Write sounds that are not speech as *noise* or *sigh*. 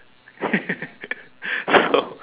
*laughs* so